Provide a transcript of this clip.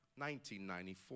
1994